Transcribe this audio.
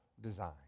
design